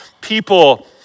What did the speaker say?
people